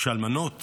שאלמנות